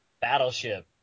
Battleship